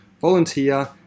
volunteer